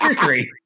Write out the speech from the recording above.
three